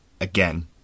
again